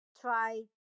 try